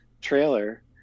trailer